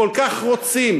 כל כך רוצים,